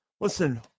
Listen